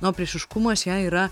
na o priešiškumas jai yra